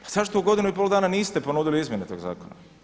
Pa zašto u godinu i pol dana niste ponudili izmjene tog zakona?